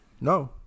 no